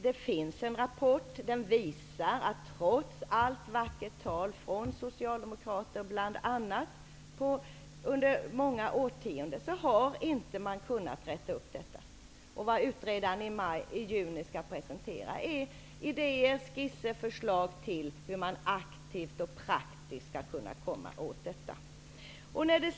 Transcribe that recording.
Det finns en rapport som visar att trots allt vackert tal från Socialdemokraterna under många årtionden har det inte gått att lösa problemet med snedrekrytering. Utredaren skall i juni presentera idéer, skisser och förslag till hur man aktivt och praktiskt skall kunna komma åt detta problem.